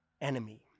enemy